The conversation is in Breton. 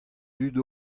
dud